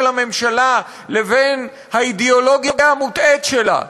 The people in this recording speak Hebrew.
הממשלה לבין האידיאולוגיה המוטעית שלה,